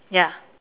ya